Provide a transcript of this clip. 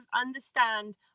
understand